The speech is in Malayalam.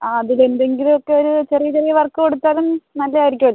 ആ അതിൽ എന്തെങ്കിലും ഒക്കെ ഒരു ചെറിയ ചെറിയ വർക്ക് കൊടുത്താലും നല്ലതായിരിക്കുമല്ലോ